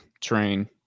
train